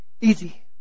Easy